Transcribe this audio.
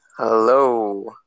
Hello